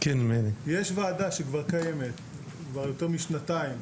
יש ועדה שכבר קיימת, כבר יותר משנתיים,